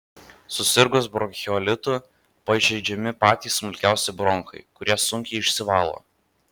susirgus bronchiolitu pažeidžiami patys smulkiausi bronchai kurie sunkiai išsivalo